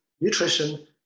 nutrition